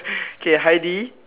okay Heidi